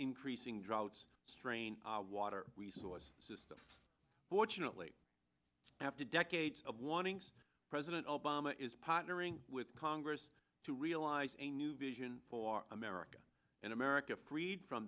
increasing droughts strain water resource system fortunately after decades of wanting president obama is partnering with congress to realize a new vision for america in america freed from